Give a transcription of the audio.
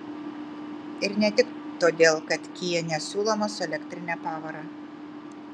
ir ne tik todėl kad kia nesiūlomas su elektrine pavara